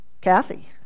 Kathy